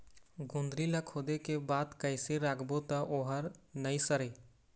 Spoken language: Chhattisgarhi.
गोंदली ला खोदे के बाद कइसे राखबो त ओहर नई सरे?